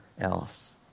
else